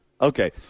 Okay